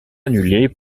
annulé